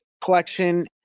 collection